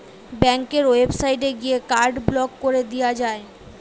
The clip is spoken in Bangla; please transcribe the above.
ব্যাংকের ওয়েবসাইটে গিয়ে কার্ড ব্লক কোরে দিয়া যায়